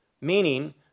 meaning